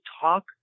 talk